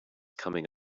coming